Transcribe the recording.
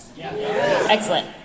Excellent